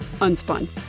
Unspun